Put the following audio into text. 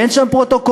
אין שם פרוטוקולים,